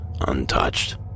untouched